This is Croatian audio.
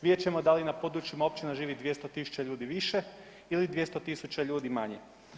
Vidjet ćemo da li na područjima općina živi 200.000 ljudi više ili 200.000 ljudi manje.